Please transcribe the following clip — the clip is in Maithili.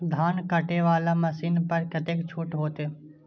धान कटे वाला मशीन पर कतेक छूट होते?